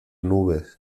nubes